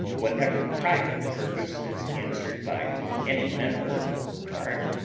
whatever private purpose is answered by any member or part,